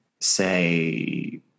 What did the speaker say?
say